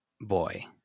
boy